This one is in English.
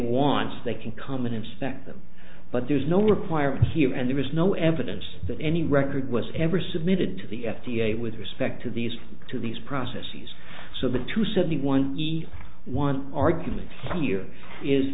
wants they can come and inspect them but there's no requirement here and there is no evidence that any record was ever submitted to the f d a with respect to these to these processes so the two seventy one the one argument here is